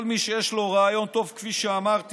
כל מי שיש לו רעיון טוב, כפי שאמרתי,